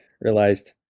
realized